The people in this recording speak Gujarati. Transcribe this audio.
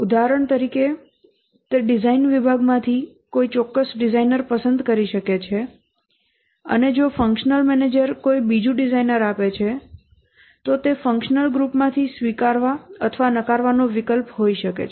ઉદાહરણ તરીકે તે ડિઝાઇન વિભાગમાંથી કોઈ ચોક્કસ ડિઝાઇનર પસંદ કરી શકે છે અને જો ફંક્શનલ મેનેજર કોઈ બીજું ડિઝાઇનર આપે છે તો તે ફંક્શનલ ગ્રુપમાંથી સ્વીકારવા અથવા નકારવાનો વિકલ્પ હોઈ શકે છે